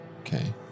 Okay